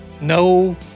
no